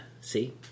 See